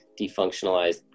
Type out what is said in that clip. defunctionalized